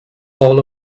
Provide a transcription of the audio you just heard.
all